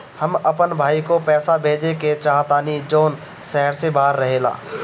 हम अपन भाई को पैसा भेजे के चाहतानी जौन शहर से बाहर रहेला